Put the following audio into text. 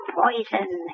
poison